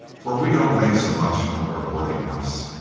for we don't make so much out of our boarding-house.